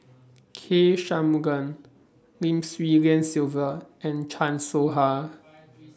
K Shanmugam Lim Swee Lian Sylvia and Chan Soh Ha